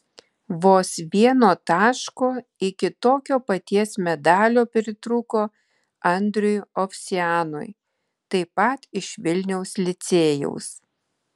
vos vieno taško iki tokio paties medalio pritrūko andriui ovsianui taip pat iš vilniaus licėjaus